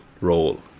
role